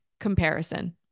Comparison